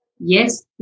yes